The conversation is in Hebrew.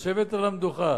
לשבת על המדוכה,